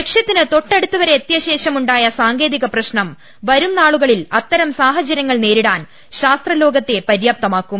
ലക്ഷ്യത്തിന് തൊട്ടടുത്തുവരെ എത്തിയശേഷമുണ്ടായ സാങ്കേതിക പ്രശ്നം വരും നാളുകളിൽ അത്തരം സാഹചര്യങ്ങൾ നേരിടാൻ ശാസ്ത്രലോകത്തെ പര്യാപ്തമാക്കും